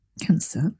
cancer